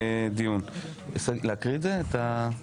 7,